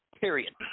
Period